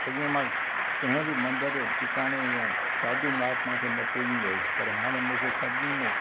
अॻु में मां कंहिं बि मंदरु टिकाणे या साधू महात्मा खे न पुॼींदो होसि पर हाणे मूंखे सभिनी में